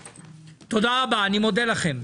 תודה רבה, אני מודה לכם.